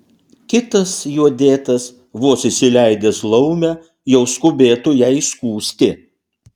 kitas juo dėtas vos įsileidęs laumę jau skubėtų ją įskųsti